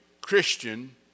Christian